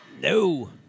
No